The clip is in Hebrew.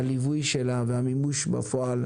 על הליווי שלה והמימוש בפועל.